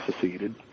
seceded